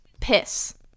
Piss